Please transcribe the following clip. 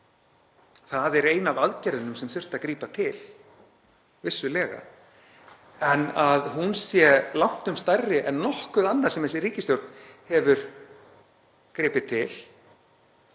ein af aðgerðunum sem þurfti að grípa til, en að hún sé langtum stærri en nokkuð annað sem þessi ríkisstjórn hefur gripið til